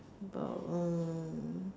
about uh